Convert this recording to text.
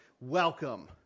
Welcome